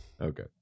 Okay